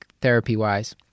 therapy-wise